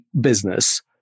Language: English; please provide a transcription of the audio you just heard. business